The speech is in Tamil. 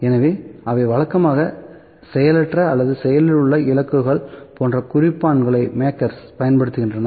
எனவே அவை வழக்கமாக செயலற்ற அல்லது செயலில் உள்ள இலக்குகள் போன்ற குறிப்பான்களைப் பயன்படுத்துகின்றன